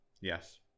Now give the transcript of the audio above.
yes